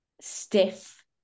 stiff